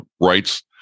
rights